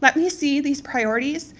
let me see these priorities